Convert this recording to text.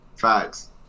Facts